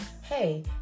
hey